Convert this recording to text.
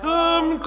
Come